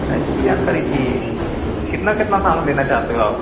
अच्छा इसकी जानकारी चाहिए कितना कितना सामान लेना चाहते हो आप